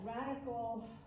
radical